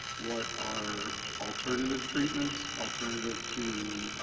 what are alternative treatments, alternative to,